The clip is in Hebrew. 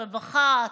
הרווחה,